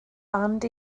band